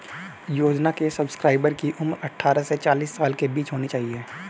योजना के सब्सक्राइबर की उम्र अट्ठारह से चालीस साल के बीच होनी चाहिए